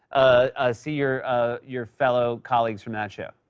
ah see your ah your fellow colleagues from that show?